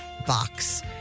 Box